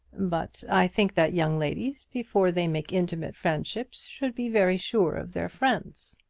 but i think that young ladies, before they make intimate friendships, should be very sure of their friends.